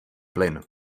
plyn